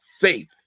faith